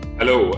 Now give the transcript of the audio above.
Hello